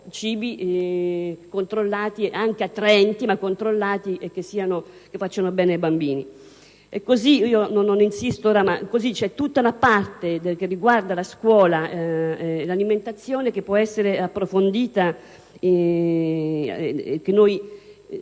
C'è tutta una parte che riguarda la scuola e l'alimentazione che può essere approfondita e che noi